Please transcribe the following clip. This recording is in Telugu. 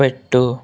పెట్టు